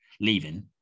leaving